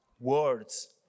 words